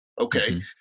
okay